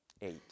eight